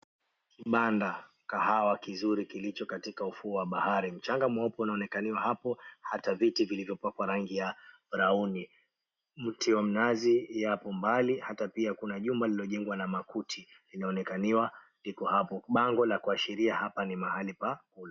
kibanda, kahawa kizuri kilicho kwa ufuo wa bahari, mchanga mweupe unaonekaniwa hapo hata viti vimepakwa rangi ya browni . Mti wa mnazi yapo mbali hata pia kuna jumba lilijengwa na makuti linaonekaniwa liko hapo, bango la kuashiria hapa ni mahali pa kula.